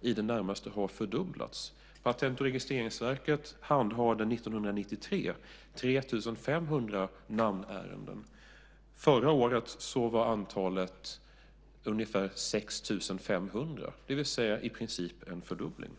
i det närmaste har fördubblats på de senaste tio åren. Patent och registreringsverket handhade 1993 3 500 namnärenden. Förra året var antalet ungefär 6 500, det vill säga i princip en fördubbling.